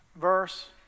verse